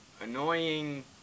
annoying